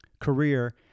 career